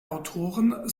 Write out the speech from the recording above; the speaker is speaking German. autoren